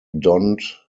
donned